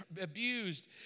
abused